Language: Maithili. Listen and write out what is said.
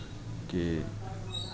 कि